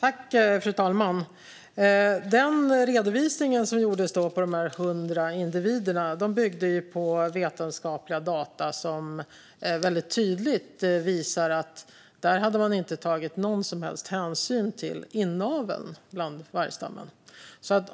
Fru talman! Redovisningen med de 100 individerna byggde på vetenskapliga data som väldigt tydligt visar att man inte hade tagit någon som helst hänsyn till inaveln i vargstammen.